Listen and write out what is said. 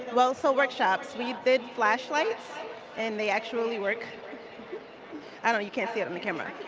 well, so workshops. we did flashlights and they actually work i don't you can't see it on the camera.